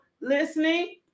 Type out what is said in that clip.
listening